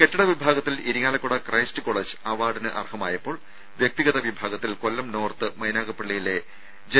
കെട്ടിട വിഭാഗത്തിൽ Irinjalakuda Christ college അവാർഡിന് അർഹമായപ്പോൾ വ്യക്തിഗത വിഭാഗത്തിൽ കൊല്ലം നോർത്ത് മൈനാഗപ്പള്ളിയിലെ ജെ